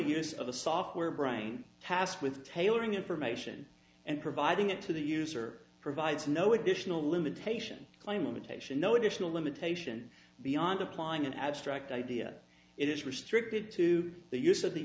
use of a software brain tasked with tailoring information and providing it to the user provides no additional limitation claim imitation no additional limitation beyond applying an abstract idea it is restricted to the use of the